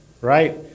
Right